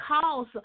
cause